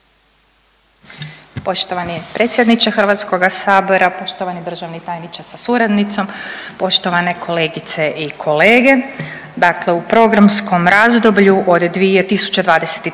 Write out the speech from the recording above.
Poštovani predsjedniče HS, poštovani državni tajniče sa suradnicom, poštovane kolegice i kolege. Dakle u programskom razdoblju od 2023.